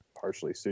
partially